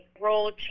role